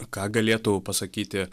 ką galėtų pasakyti